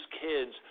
kids